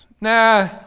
Nah